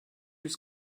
yüz